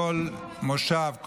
כל מושב,